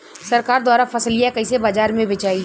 सरकार द्वारा फसलिया कईसे बाजार में बेचाई?